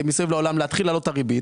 להתחיל להעלות את הריבית.